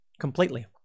Completely